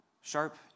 sharp